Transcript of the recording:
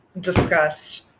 discussed